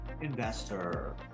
investor